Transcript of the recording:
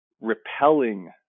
repelling